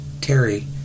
Terry